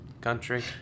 country